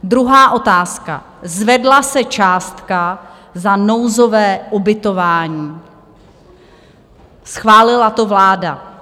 Druhá otázka: Zvedla se částka za nouzové ubytování, schválila to vláda.